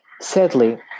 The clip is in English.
Sadly